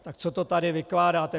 Tak co to tady vykládáte?